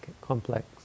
complex